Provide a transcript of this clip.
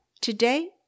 Today